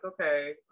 okay